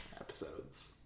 episodes